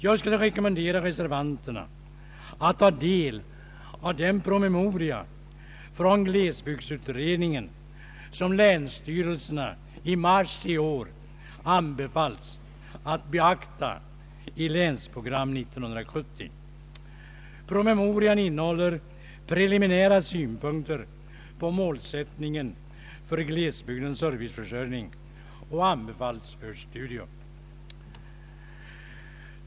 Jag skulle vilja rekommendera reservanterna att ta del av den promemoria från glesbygdsutredningen som länsstyrelserna i mars i år anbefallts att beakta i Länsprogram 1970. Promemorian innehåller preliminära synpunkter på målsättningen för glesbygdens serviceförsörjning och anbefalls för studium.